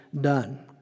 done